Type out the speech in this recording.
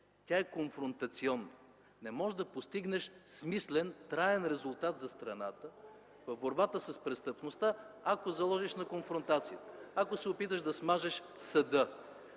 тя е конфронтационна. Не можеш да постигнеш смислен, траен резултат за страната в борбата с престъпността, ако заложиш на конфронтация, ако се опиташ да смажеш съда,